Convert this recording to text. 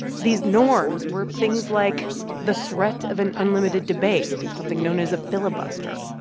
these norms were things like the threat of an unlimited debate, something known as a filibuster.